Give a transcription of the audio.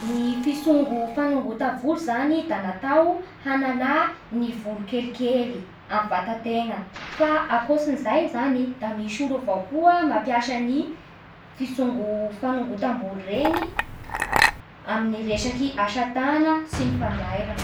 Ny fitsongo fanongotana volo zany da natao hanala ny volo kelikely amy vatà tegna fa kôatsin'izay zany da misy olo avao koa mampiasa ny fitsongo fanogotam-bolo reny amin'ny resaky asa tana sy ny fanjairana